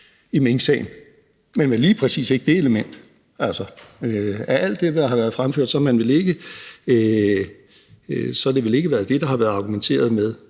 i minksagen, men vel lige præcis ikke det element. Altså, af alt det, der har været fremført, har det vel ikke været det, der har været argumenteret med.